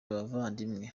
abavandimwe